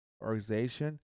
organization